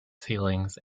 ceilings